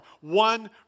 One